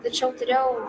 tačiau turėjau